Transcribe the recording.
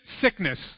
sickness